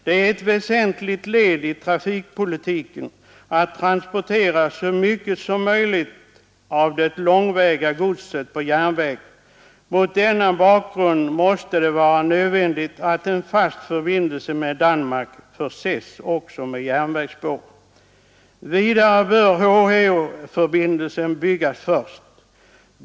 Det är ett väsentligt led i trafikpolitiken att transportera så mycket som möjligt av det långväga godset på järnväg. Mot denna bakgrund måste det vara nödvändigt att en fast förbindelse med Danmark förses också med järnvägsspår. Vidare bör HH-förbindelsen byggas först.